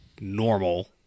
normal